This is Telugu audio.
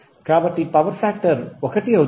కాబట్టి పవర్ ఫాక్టర్ 1 అవుతుంది